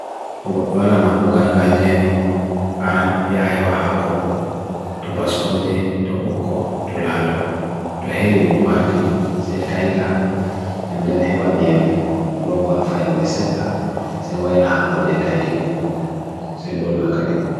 To gwaran hako gargay jyani aran hiya hewa hako mum, to bas koje, to boko, to lalo, to helidum warti se taita, and then hewan niyam nun, loa afaende seta, se waela hakoje taiti go, se dolla kadi.